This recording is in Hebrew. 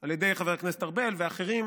על ידי חבר הכנסת ארבל ואחרים